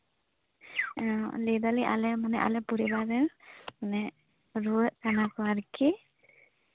ᱞᱟᱹᱭ ᱫᱟᱹᱞᱤᱧ ᱟᱞᱮ ᱢᱟᱱᱮ ᱟᱞᱮ ᱯᱚᱨᱤᱵᱟᱨᱨᱮᱱ ᱢᱟᱱᱮ ᱨᱩᱣᱟᱹᱜ ᱠᱟᱱᱟ ᱠᱚ ᱟᱨᱠᱤ